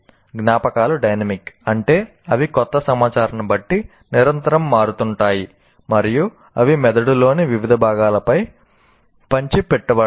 జ్ఞాపకాలు డైనమిక్ అంటే అవి కొత్త సమాచారాన్ని బట్టి నిరంతరం మారుతుంటాయి మరియు అవి మెదడులోని వివిధ భాగాలపై పంచి పెట్టబడతాయి